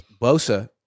Bosa